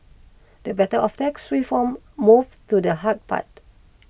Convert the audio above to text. the battle for tax reform move to the hard part